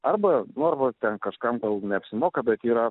arba nu arba ten kažkam gal neapsimoka bet yra